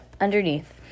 Underneath